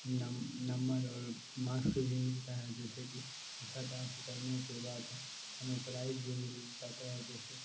नम number marks भी मिलता है जिससे की अच्छा डांस करने के बाद हमें प्राइज भी मिल जाता है जैसे